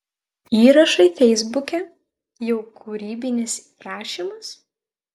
įrašai feisbuke jau kūrybinis rašymas